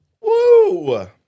Woo